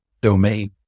domain